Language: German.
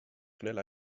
schnell